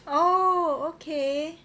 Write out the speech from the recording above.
oh okay